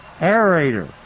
aerator